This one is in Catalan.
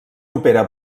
opera